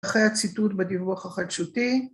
‫אחרי הציטוט בדיווח החדשותי.